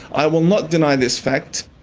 i will not deny this fact.